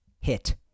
hit